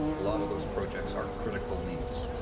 a lot of those projects are critical needs.